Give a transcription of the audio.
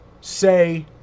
say